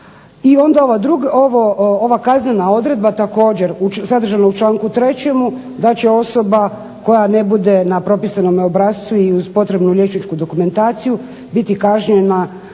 I onda ova kaznena odredba također sadržana u članku 3. da će osoba koja ne bude na propisanome obrascu i uz potrebnu liječničku dokumentaciju biti kažnjena